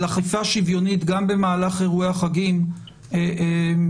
אכיפה שוויונית גם במהלך אירועי החגים תתבצע,